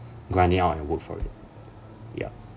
grant it out and work for it ya